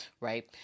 right